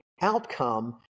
outcome